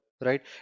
right